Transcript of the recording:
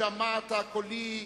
שמעת קולי,